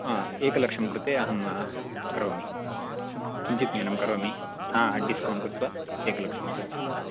एकलक्षं कृते अहं करोमि किञ्चित् न्यूनं करोमि डिस्कौण्ट् कृत्वा एकलक्षं प्रति